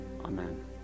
Amen